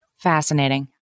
Fascinating